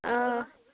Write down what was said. آ